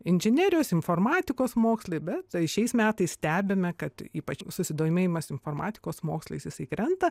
inžinerijos informatikos mokslai bet tai šiais metais stebime kad ypač susidomėjimas informatikos mokslais jisai krenta